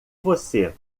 você